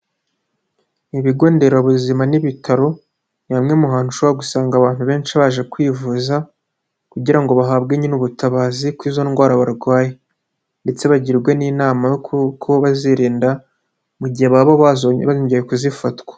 Ibigo nderabuzima n'ibitaro, ni hamwe mu hantu ushobora gusanga abantu benshi baje kwivuza, kugira ngo bahabwe nyine ubutabazi k' izo ndwara barwaye, ndetse bagirwe n'inama y'uko bazirinda, mu gihe baba bongeye kuzifatwa.